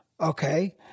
Okay